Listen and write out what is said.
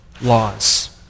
laws